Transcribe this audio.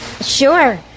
sure